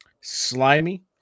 slimy